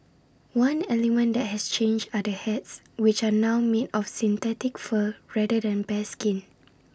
one element that has changed are the hats which are now made of synthetic fur rather than bearskin